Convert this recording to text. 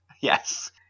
Yes